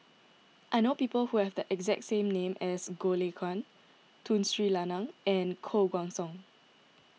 I know people who have the exact name as Goh Lay Kuan Tun Sri Lanang and Koh Guan Song